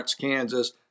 Kansas